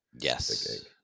Yes